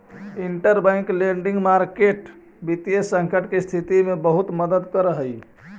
interbank lending market वित्तीय संकट के स्थिति में बहुत मदद करऽ हइ